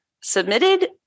submitted